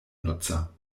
nutzer